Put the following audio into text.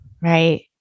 right